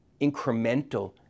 incremental